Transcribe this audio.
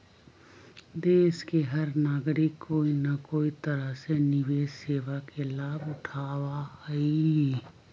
देश के हर नागरिक कोई न कोई तरह से निवेश सेवा के लाभ उठावा हई